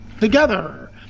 together